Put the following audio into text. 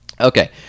Okay